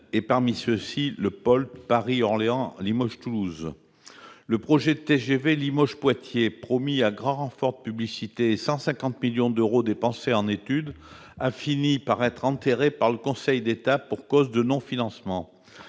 et, parmi ceux-ci, le POLT, le Paris-Orléans-Limoges-Toulouse. Le projet de TGV Limoges-Poitiers, promis à grand renfort de publicité et auquel ont été consacrés 150 millions d'euros dépensés en études, a fini par être enterré par le Conseil d'État, pour cause de non-financement.